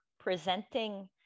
presenting